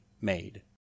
made